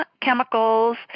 chemicals